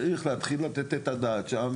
צריך להתחיל לתת את הדעת שם,